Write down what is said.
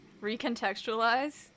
Recontextualize